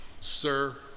Sir